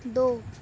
دو